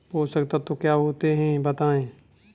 पोषक तत्व क्या होते हैं बताएँ?